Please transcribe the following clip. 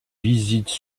visites